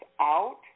out